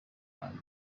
ari